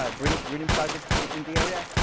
ah greening greening projects in the area.